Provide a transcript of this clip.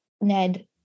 Ned